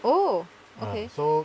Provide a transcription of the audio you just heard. oh okay